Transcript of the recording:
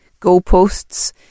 goalposts